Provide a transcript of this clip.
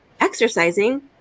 exercising